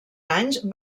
anys